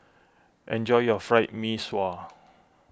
enjoy your Fried Mee Sua